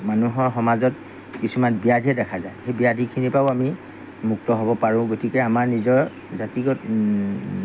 মানুহৰ সমাজত কিছুমান ব্যাধিয়ে দেখা যায় সেই ব্যধিখিনিপৰাও আমি মুক্ত হ'ব পাৰোঁ গতিকে আমাৰ নিজৰ জাতিগত